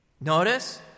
notice